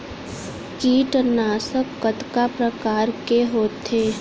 कीटनाशक कतका प्रकार के होथे?